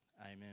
Amen